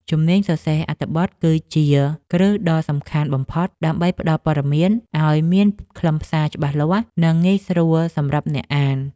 ជំនាញសរសេរអត្ថបទគឺជាគ្រឹះដ៏សំខាន់បំផុត ដើម្បីផ្ដល់ព័ត៌មានឱ្យមានខ្លឹមសារច្បាស់លាស់ និងងាយយល់សម្រាប់អ្នកអាន។